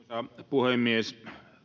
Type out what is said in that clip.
puhemies